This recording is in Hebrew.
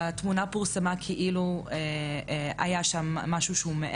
הגענו למצב שהנשים האלה והנערות האלה,